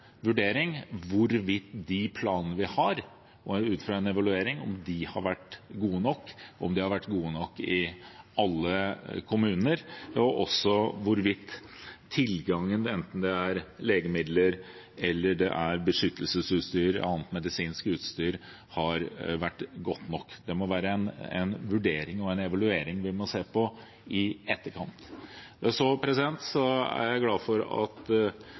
vurdering senere, ut fra en evaluering, hvorvidt de planene vi har, har vært gode nok, og om de har vært gode nok i alle kommuner, og også hvorvidt det har vært god nok tilgang på legemidler, beskyttelsesutstyr og annet medisinsk utstyr. Det må være en vurdering og en evaluering vi må se på i etterkant. Jeg er glad for at